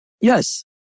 Yes